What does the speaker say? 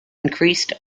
increased